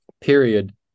period